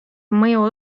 mõju